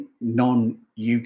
non-UK